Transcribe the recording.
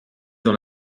dans